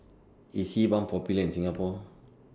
IS Sebamed Popular in Singapore